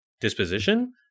disposition